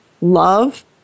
love